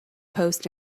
post